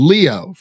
Leo